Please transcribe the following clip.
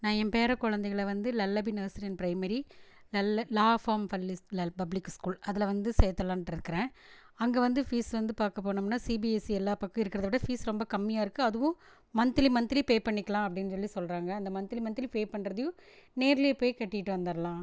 நான் என் பேரக்குழந்தைங்கள வந்து லல்லபின் நர்சரி அண்ட் பிரைமரி நல்ல லாஃபார்ம் பப்ளிக் ஸ்கூல் அதில் வந்து சேர்த்துலம்ன்றுருக்குறன் அங்கே வந்து ஃபீஸ் வந்து பார்க்க போகணும்னா சிபிஎஸ்சி எல்லா பக் இருக்குறதோட ஃபீஸ் ரொம்ப கம்மியாகருக்கு அதுவும் மன்த்லி மன்த்லி பே பண்ணிக்கலாம் அப்படின் சொல்லி சொல்லுறாங்க இந்த மன்த்லி மன்த்லி பே பண்ணுறதையும் நேரில் போய் கட்டிகிட்டு வந்துரலாம்